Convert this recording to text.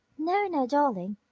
no, no, darling!